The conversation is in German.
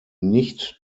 nicht